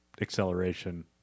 acceleration